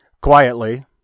Quietly